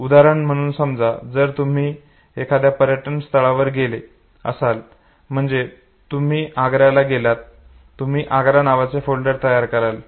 उदाहरण म्हणून समजा जर तुम्ही एखाद्या पर्यटन स्थळावर गेले असाल म्हणजे समजा तुम्ही आग्राला गेलात तर तुम्ही आग्रा नावाचे फोल्डर तयार कराल